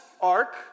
ark